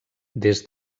des